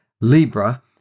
Libra